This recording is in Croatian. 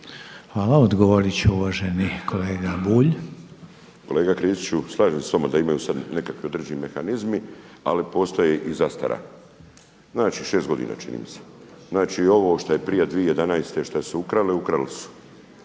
Hvala. Odgovorit će uvaženi kolega Bulj. **Bulj, Miro (MOST)** Kolega Kristiću slažem se s vama da imaju sad nekakva određeni mehanizmi ali postoji i zastara, znači 6 godina čini mi se. Znači ovo što je prije 2011. šta su ukrali, ukrali su.